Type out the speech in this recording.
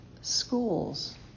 schools